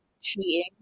cheating